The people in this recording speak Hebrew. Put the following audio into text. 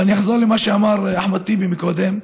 אבל אני אחזור למה שאמר אחמד טיבי קודם.